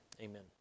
amen